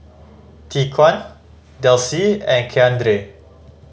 Tyquan Delcie and Keandre